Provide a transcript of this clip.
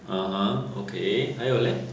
(uh huh) 还有 leh